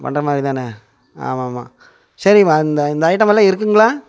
பண்ணுற மாதிரி தானே ஆமாம் ஆமாம் சரிங்மா இந்த இந்த ஐட்டம் எல்லாம் இருக்குதுங்களா